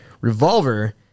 revolver